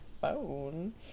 phone